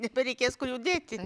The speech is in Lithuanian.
nebereikės kur jų dėti